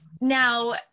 now